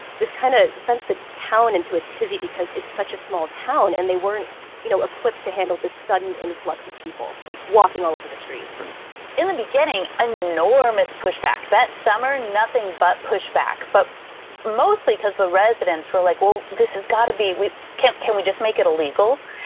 this kind of sent the town into a tizzy because it's such a small town and they weren't you know equipped to handle the sudden influx of people like walking all over the streets in the beginning, enormous pushback. that summer, nothing but pushback. but mostly because the residents were like, well this has got to be, can we just make it illegal?